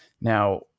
Now